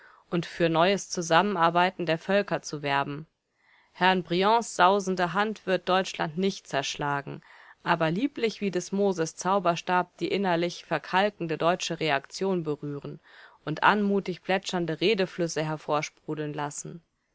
und für neues zusammenarbeiten der völker zu werben herrn briands sausende hand wird deutschland nicht zerschlagen aber lieblich wie des moses zauberstab die innerlich verkalkende deutsche reaktion berühren und anmutig plätschernde redeflüsse hervorsprudeln lassen